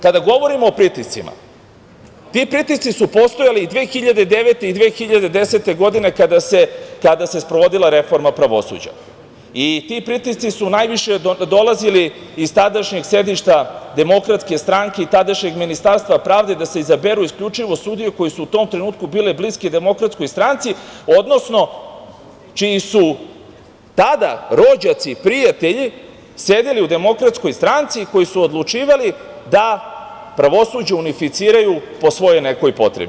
Kada govorimo o pritiscima, ti pritisci su postojali 2009. i 2010. godine kada se sprovodila reforma pravosuđa, ti pritisci su najviše dolazili iz tadašnjeg sedišta Demokratske stranke i tadašnjeg Ministarstva pravde da se izaberu isključivo sudije koje su u tom trenutku bile bliske Demokratskoj stranci, odnosno čiji su tada rođaci, prijatelji sedeli u Demokratskoj stranci koji su odlučivali da pravosuđe unificiraju po svojoj nekoj potrebi.